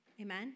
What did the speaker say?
Amen